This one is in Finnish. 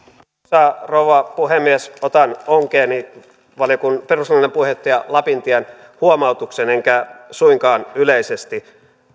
arvoisa rouva puhemies otan onkeeni perustuslakivaliokunnan puheenjohtaja lapintien huomautuksen enkä suinkaan yleisesti